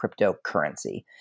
cryptocurrency